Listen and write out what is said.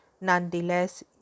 nonetheless